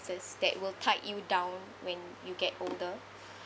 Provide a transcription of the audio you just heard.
that will tied you down when you get older